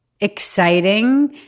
exciting